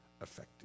effective